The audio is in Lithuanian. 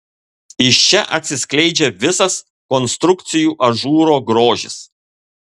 iš čia atsiskleidžia visas konstrukcijų ažūro grožis